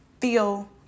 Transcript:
feel